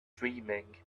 dreaming